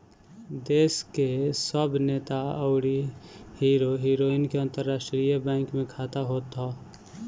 देस के सब नेता अउरी हीरो हीरोइन के अंतरराष्ट्रीय बैंक में खाता होत हअ